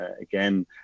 again